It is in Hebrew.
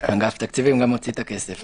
אגף תקציבים גם מוציא את הכסף.